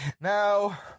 Now